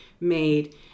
made